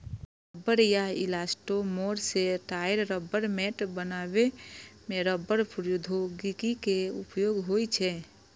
रबड़ या इलास्टोमोर सं टायर, रबड़ मैट बनबै मे रबड़ प्रौद्योगिकी के उपयोग होइ छै